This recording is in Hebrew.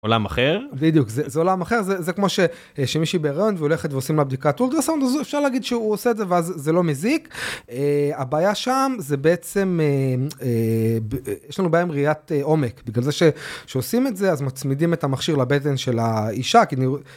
עולם אחר בדיוק זה עולם אחר זה זה כמו שיש מישהי בהריון והולכת ועושים לה בדיקת אולטרה סאונד וזה אפשר להגיד שהוא עושה את זה ואז זה לא מזיק הבעיה שם זה בעצם. יש לנו בעיה ראיית עומק בגלל זה שעושים את זה אז מצמידים את המכשיר לבטן של האישה.